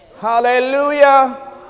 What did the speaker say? Hallelujah